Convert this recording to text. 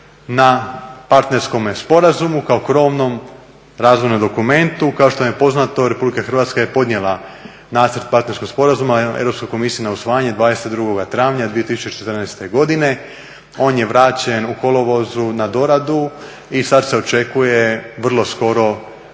na partnerskome sporazumu kao krovnom razvojnom dokumentu. Kao što vam je poznato Republika Hrvatska je podnijela Nacrt partnerskog sporazuma Europskoj komisiji na usvajanje 22. travnja 2014. godine, on je vraćen u kolovozu na doradu i sada se očekuje vrlo skoro